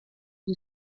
who